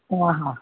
हा हा